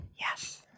Yes